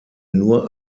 nur